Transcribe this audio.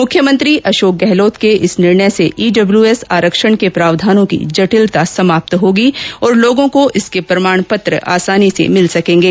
मुख्यमंत्री अशोक गहलोत के इस निर्णय से ईडब्ल्यूएस आरक्षण के प्रावधानों की जटिलता समाप्त होगी और लोगों को इसके प्रमाण पत्र आसानी से मिल सकेंगे